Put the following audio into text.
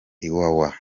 iwawa